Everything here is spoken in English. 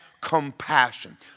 compassion